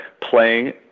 playing